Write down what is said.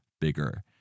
bigger